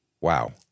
Wow